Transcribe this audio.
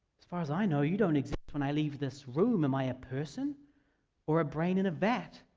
as far as i know, you don't exist when i leave this room. am i a person or a brain in a vat?